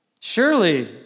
Surely